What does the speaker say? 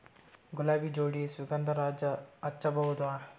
ಗುಲಾಬಿ ಜೋಡಿ ಸುಗಂಧರಾಜ ಹಚ್ಬಬಹುದ?